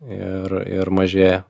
ir ir mažėja